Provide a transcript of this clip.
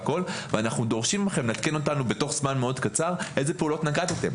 ואנחנו דורשים מכם לעדכן אותנו בתוך זמן מאוד קצר אילו פעולות נקטתם.